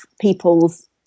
people's